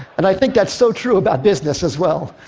and i think that's so true about business as well.